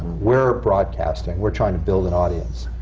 we're broadcasting, we're trying to build an audience.